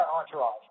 entourage